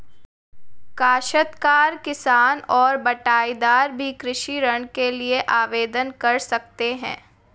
काश्तकार किसान और बटाईदार भी कृषि ऋण के लिए आवेदन कर सकते हैं